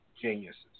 geniuses